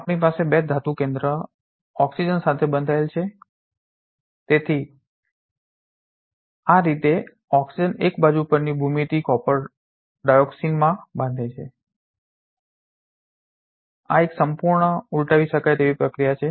આપણી પાસે આ 2 તાંબુનું કેન્દ્ર ઓક્સિજન સાથે બંધાયેલ છે તેથી આ રીતે ઓક્સિજન એક બાજુ પરની ભૂમિતિ કોપર ડાયોક્સિજન માં બાંધે છે આ એક સંપૂર્ણ ઉલટાવી શકાય તેવી પ્રક્રિયા છે